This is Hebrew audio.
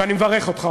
ואני מברך אותך,